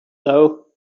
though